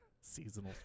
seasonal